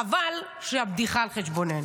חבל שהבדיחה על חשבוננו.